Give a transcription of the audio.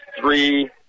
three